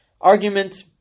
argument